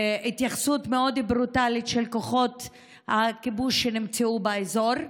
התייחסות מאוד ברוטלית של כוחות הכיבוש שנמצאו באזור.